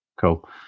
Cool